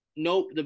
Nope